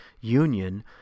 union